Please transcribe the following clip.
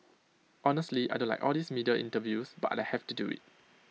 honestly I don't like all these media interviews but I have to do IT